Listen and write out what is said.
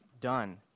done